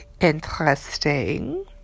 interesting